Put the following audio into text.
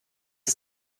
ist